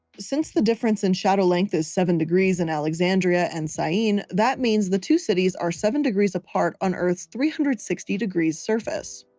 since the difference in shadow length is seven degrees in alexandria and syene, that means the two cities are seven degrees apart on earth's three hundred and sixty degrees surface.